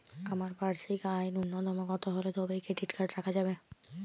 আমার বার্ষিক আয় ন্যুনতম কত হলে তবেই ক্রেডিট কার্ড রাখা যাবে?